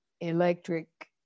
electric